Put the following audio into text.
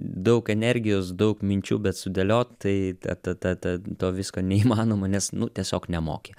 daug energijos daug minčių bet sudėliot tai ta ta ta to visko neįmanoma nes nu tiesiog nemoki